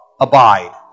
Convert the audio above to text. abide